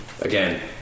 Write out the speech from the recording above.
again